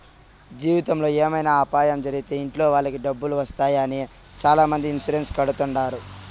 జీవితంలో ఏమైనా అపాయం జరిగితే ఇంట్లో వాళ్ళకి డబ్బులు వస్తాయి అని చాలామంది ఇన్సూరెన్స్ కడుతుంటారు